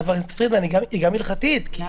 היא גם הלכתית, חברת הכנסת פרידמן.